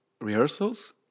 rehearsals